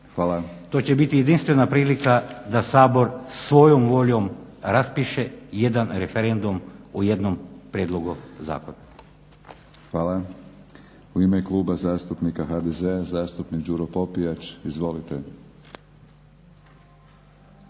To će biti jedinstvena prilika da Sabor svojom voljom raspiše jedan referendum u jednom prijedlogu zakona. **Batinić, Milorad (HNS)** Hvala. U ime Kluba zastupnika HDZ-a, zastupnik Đuro Popijač. Izvolite.